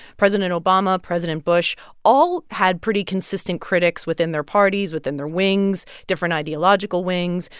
president obama, president bush all had pretty consistent critics within their parties, within their wings different ideological wings.